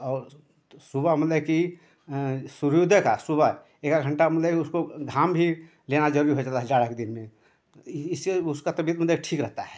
और तो सुबह मतलब कि सूर्योदय का सुबह एकाध घण्टा मतलब कि उसको घाम भी लेना जरूरी हो जाता है जाड़े के दिन में तो इससे उसकी तबियत मतलब ठीक रहती है